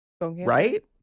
Right